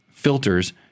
filters